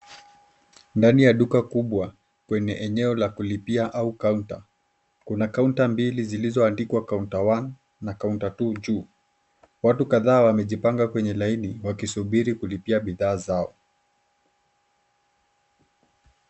Ndani ya duka kubwa, kwenye eneo la kulipia au kaunta. Kuna kaunta mbili zilizoandikwa counter one na counter two juu. Watu kadhaa wamejipanga kwenye laini wakisubiri kulipia bidhaa zao.